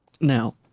Now